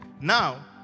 Now